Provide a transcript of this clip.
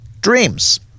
dreams